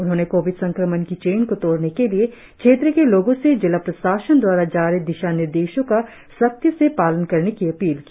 उन्होंने कोविड संक्रमण की चैन को तोड़ने के लिए क्षेत्र के लोगों से जिला प्रशासन दवारा जारी दिशा निर्देशों का शक्ति से पालन करने की अपील की